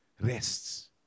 rests